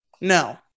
No